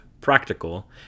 practical